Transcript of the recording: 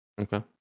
Okay